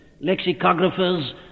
lexicographers